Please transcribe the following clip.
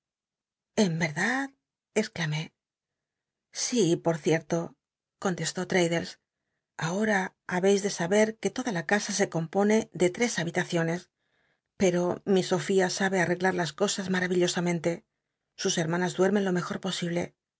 en verdad si por ciet'lo contestó traddles ahora habeis de sabe que toda la casa se compone de tres habitaciones pero mi sofía sabe arreglar las cosas mara maravillosamente sus hermanas duermen lo mejor po